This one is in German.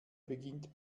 beginnt